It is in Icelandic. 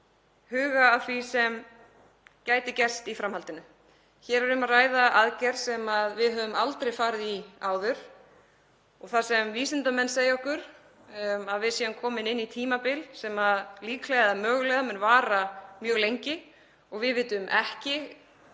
huga að því sem gæti gerst í framhaldinu. Hér er um að ræða aðgerð sem við höfum aldrei farið í áður. Vísindamenn segja okkur að við séum komin inn í tímabil sem líklega eða mögulega mun vara mjög lengi og við vitum ekki